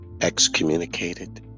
Excommunicated